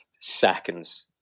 seconds